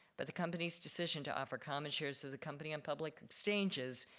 but the company's decision to offer common shares of the company on public exchanges,